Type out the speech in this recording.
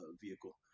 vehicle